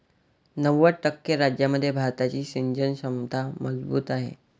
नव्वद टक्के राज्यांमध्ये भारताची सिंचन क्षमता मजबूत आहे